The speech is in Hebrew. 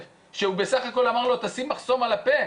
שהוא בסך הכול אמר לו שישים לכלב מחסום על הפה